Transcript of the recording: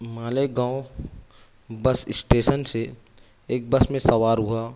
Malegaon bus station سے ایک bus میں سوار ہوا